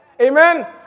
amen